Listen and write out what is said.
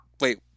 wait